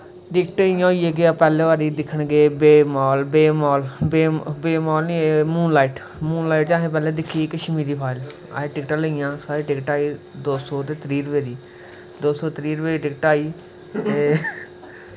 दिक्कत इ'यां होई केह् अस पैह्लै बारी गे दिक्खन गे बेबमॉल बेबमॉल नेईं मूनलाईट मूनलाईट च असैं दिक्खी पैह्लैं कश्मीरी फाईल असैं टिकचां लेइआं आक्खा दे हे टिकट ऐ दो सौ त्रीह् रपेऽ दो सौ त्रीह् रपेऽ दी टिक्ट आई ते